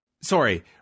sorry